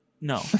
no